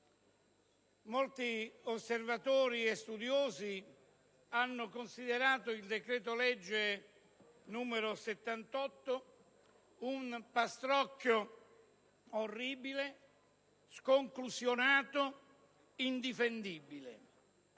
molti osservatori e studiosi hanno considerato il decreto-legge n. 78 un pastrocchio orribile, sconclusionato e indifendibile,